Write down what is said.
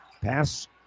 Pass